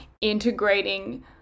integrating